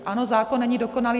Ano, zákon není dokonalý.